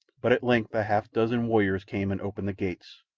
but at length a half-dozen warriors came and opened the gates,